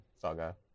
saga